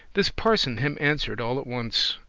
this parson him answered all at ones